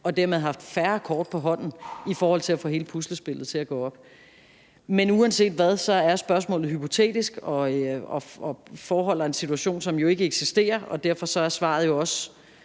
og dermed have haft færre kort på hånden i forhold til at få hele puslespillet til at gå op. Men uanset hvad er spørgsmålet hypotetisk og foreholder en situation, der ikke eksisterer. Derfor er svaret jo også